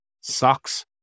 socks